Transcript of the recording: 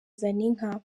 zaninka